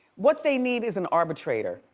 what they need is an arbitrator.